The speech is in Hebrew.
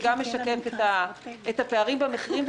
שגם משקף את הפערים במחירים.